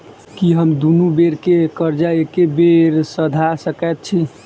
की हम दुनू बेर केँ कर्जा एके बेर सधा सकैत छी?